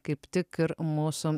kaip tik ir mūsų